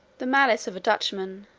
the malice of a dutchman.